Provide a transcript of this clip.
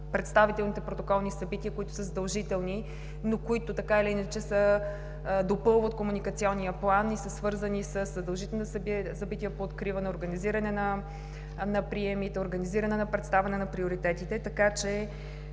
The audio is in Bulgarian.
представителните протоколни събития, които са задължителни, но които така или иначе допълват Комуникационния план и са свързани със задължителни събития по откриване, организиране на приемите, организиране на представяне на приоритетите. Така че